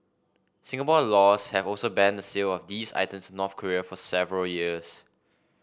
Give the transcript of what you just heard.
Singapore laws have also banned the sale of these items North Korea for several years